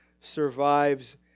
survives